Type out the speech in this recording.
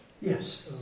Yes